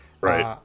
Right